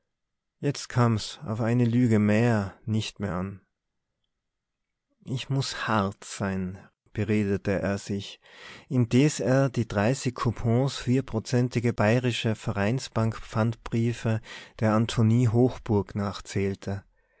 jetzt kam's auf eine lüge mehr nicht mehr an ich muß hart sein beredete er sich indes er die dreißig coupons vierprozentige bayerische vereinsbank pfandbriefe der antonie hochburg nachzählte